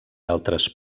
altres